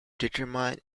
determine